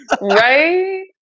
right